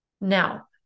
Now